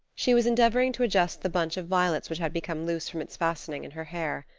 she was endeavoring to adjust the bunch of violets which had become loose from its fastening in her hair.